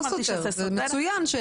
זה מצוין שעושים את הדברים האלה.